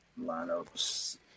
lineups